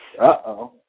Uh-oh